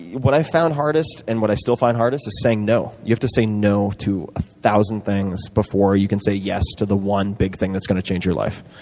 what i found hardest and what i still find hardest is saying no. you have to say no to a thousand things before you can say yes to the one big thing that's going to change your life.